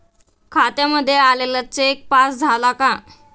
खात्यामध्ये आलेला check pass झाला का?